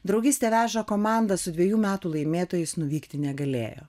draugystė veža komanda su dvejų metų laimėtojais nuvykti negalėjo